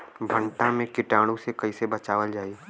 भनटा मे कीटाणु से कईसे बचावल जाई?